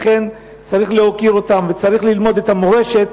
צריך להוקיר אותם וצריך ללמוד את המורשת